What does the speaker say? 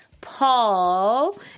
Paul